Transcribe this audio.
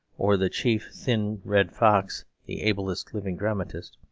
or the chief thin red fox, the ablest living dramatist.